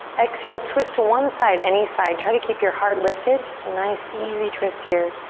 exhale, twist to one side, any side. try to keep your heart lifted. just a nice, easy twist here.